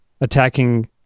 Attacking